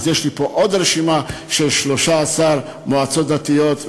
יש לי פה עוד רשימה של 13 מועצות דתיות,